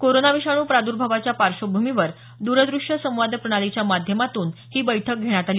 corona विषाणू प्राद्भावाच्या पार्श्वभूमीवर द्रदूश्य संवाद प्रणालीच्या माध्यमातून ही बैठक घेण्यात आली